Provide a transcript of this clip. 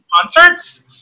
concerts